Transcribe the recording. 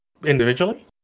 Individually